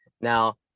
Now